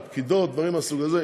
או פקידות ודברים מהסוג הזה.